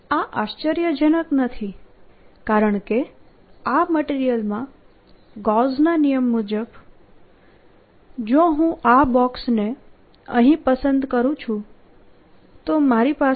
MMHinsideM M1MMB0 MMM1B0 BBapplied Bdue to M HHapplied Hdue to MB0 MM1B0B01M1 Net field B0HM આ આશ્ચર્યજનક નથી કારણકે આ મટીરીયલમાં ગૌસના નિયમ મુજબ જો હું આ બોક્સને અહીં પસંદ કરું છું તો મારી પાસે